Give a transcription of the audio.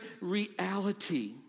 reality